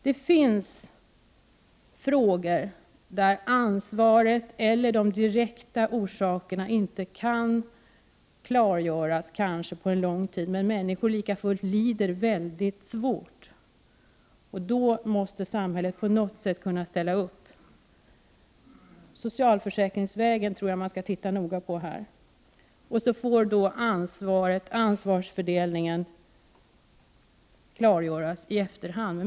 Det finns områden där ansvaret eller de direkta orsakerna till problemen inte kan klargöras kanske på lång tid men där människor likafullt lider mycket svårt. Då måste samhället på något sätt kunna ställa upp. Jag tror att man här skall titta noga på socialförsäkringsvägen, och så får ansvarsfördelningen klargöras i efterhand.